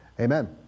Amen